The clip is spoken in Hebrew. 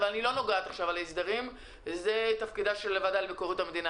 אבל אני לא נוגעת עכשיו בזה כי זה תפקידה של הוועדה לביקורת המדינה.